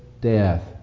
death